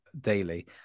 daily